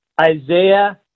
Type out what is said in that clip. Isaiah